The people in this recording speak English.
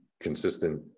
consistent